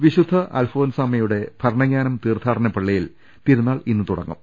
വിശുദ്ധ അൽഫോൻസാമയുടെ ഭരണങ്ങാനം തീർത്ഥാടന പള്ളി യിൽ തിരുനാൾ ഇന്ന് തുടങ്ങും